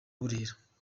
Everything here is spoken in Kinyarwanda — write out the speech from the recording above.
burera